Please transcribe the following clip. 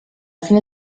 fine